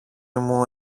μου